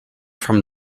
from